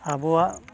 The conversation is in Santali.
ᱟᱵᱚᱣᱟᱜ